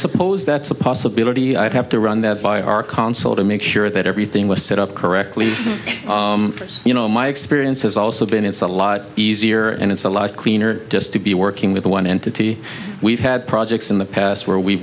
suppose that's a possibility i'd have to run that by our console to make sure that everything was set up correctly you know my experience has also been it's a lot easier and it's a lot cleaner to be working with one entity we've had projects in the past where we